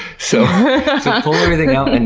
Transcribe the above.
so pull everything out, and